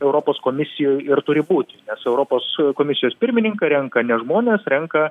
europos komisijų ir turi būti nes europos komisijos pirmininką renka nes žmonės renka